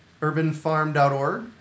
urbanfarm.org